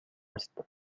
است